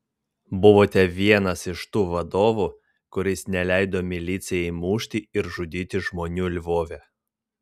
buvote vienas iš tų vadovų kuris neleido milicijai mušti ir žudyti žmonių lvove